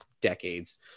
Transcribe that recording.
decades